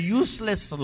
useless